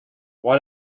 why